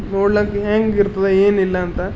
ನೋಡ್ಲಿಕ್ಕೆ ಹೇಗ್ ಇರ್ತದೆ ಏನಿಲ್ಲ ಅಂತ